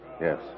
yes